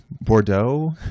Bordeaux